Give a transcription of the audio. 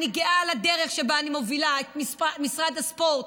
אני גאה על הדרך שבה אני מובילה את משרד הספורט,